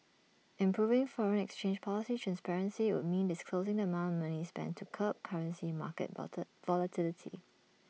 improving foreign exchange policy transparency would mean disclosing the amount money spent to curb currency market volatility